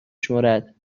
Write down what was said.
شمرد